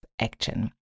action